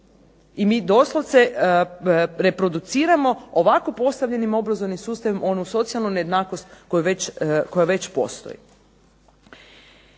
I mi doslovce reproduciramo ovako postavljenim obrazovnim sustavom onu socijalnu nejednakost koja već postoji.